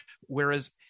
Whereas